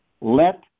Let